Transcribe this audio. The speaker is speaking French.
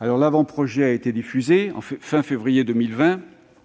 L'avant-projet a été diffusé à la fin du